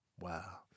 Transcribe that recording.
Wow